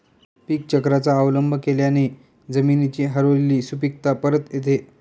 पीकचक्राचा अवलंब केल्याने जमिनीची हरवलेली सुपीकता परत येते